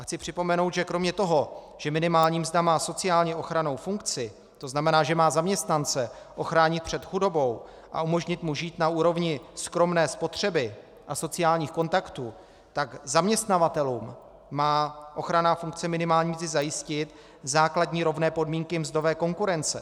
Chci připomenout, že kromě toho, že minimální mzda má sociálně ochrannou funkci, to znamená, že má zaměstnance ochránit před chudobou a umožnit mu žít na úrovni skromné spotřeby a sociálních kontaktů, tak zaměstnavatelům má ochranná funkce minimální mzdy zajistit základní rovné podmínky mzdové konkurence.